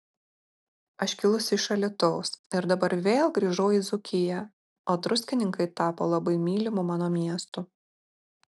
aš kilusi iš alytaus ir dabar vėl grįžau į dzūkiją o druskininkai tapo labai mylimu mano miestu